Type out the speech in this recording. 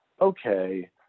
okay